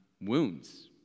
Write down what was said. wounds